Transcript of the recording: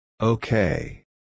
Okay